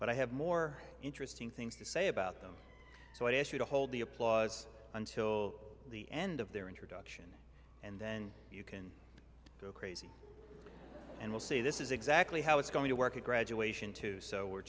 but i have more interesting things to say about them so i ask you to hold the applause until the end of their introduction and then you can go crazy and we'll see this is exactly how it's going to work at graduation too so we're